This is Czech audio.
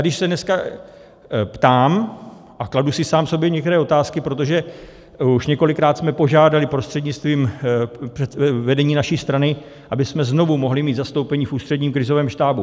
Když se dneska ptám a kladu si sám sobě některé otázky, protože už několikrát jsme požádali prostřednictvím vedení naší strany, abychom znovu mohli mít zastoupení v Ústředním krizovém štábu.